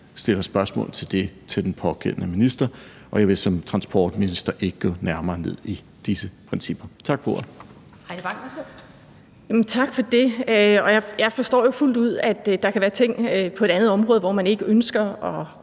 stiller spørgsmål om dem til den pågældende minister. Og jeg vil som transportminister ikke gå nærmere ned i disse principper. Tak for ordet. Kl. 15:48 Den fg. formand (Annette Lind): Heidi Bank, værsgo. Kl. 15:48 Heidi Bank (V): Tak for det. Jeg forstår jo fuldt ud, at der kan være ting på et andet område, man ikke ønsker at